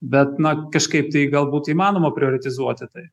bet na kažkaip tai galbūt įmanoma prioretizuoti tai